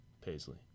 Paisley